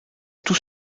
tout